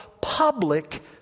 public